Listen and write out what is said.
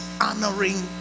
honoring